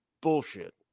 bullshit